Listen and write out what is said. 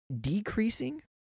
decreasing